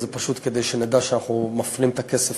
זה פשוט כדי שנדע שאנחנו מפנים את הכסף